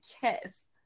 kiss